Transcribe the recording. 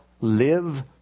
live